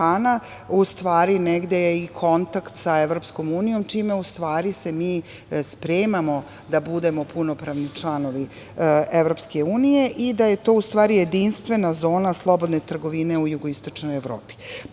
u stvari negde je i kontakt sa Evropskom unijom, čime se mi spremamo da budemo punopravni članovi Evropske unije i da je to jedinstvena zona slobodne trgovine u jugoistočnoj Evropi. Tako